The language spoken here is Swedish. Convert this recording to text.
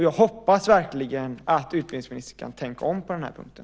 Jag hoppas verkligen att utbildningsministern kan tänka om på den här punkten.